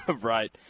Right